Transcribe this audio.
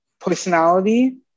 personality